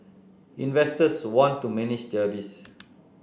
investors want to manage their risk